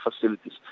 facilities